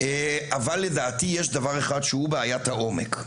אבל לדעתי יש דבר אחד שהוא בעיית העומק,